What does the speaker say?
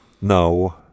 No